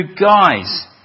guys